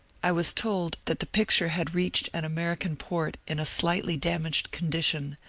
i was told that the picture had reached an american port in a slightly damaged condition,